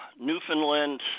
Newfoundland